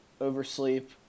oversleep